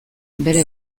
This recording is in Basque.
bere